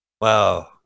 wow